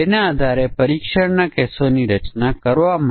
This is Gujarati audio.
તો આ કાર્ય માટે સમકક્ષ વર્ગો શું હશે